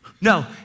no